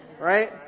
right